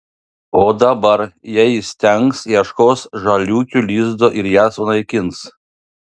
o dabar jei įstengs ieškos žaliūkių lizdo ir jas sunaikins